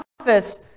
office